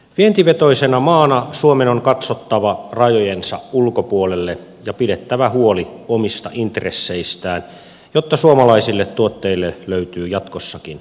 vientivetoisena maana suomen on katsottava rajojensa ulkopuolelle ja pidettävä huoli omista intresseistään jotta suomalaisille tuotteille löytyy jatkossakin markkinoita